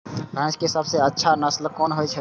भैंस के सबसे अच्छा नस्ल कोन होय छे?